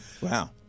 Wow